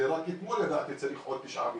רק אתמול נודע לי שצריך עוד 9 מיליון.